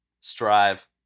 Strive